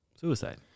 suicide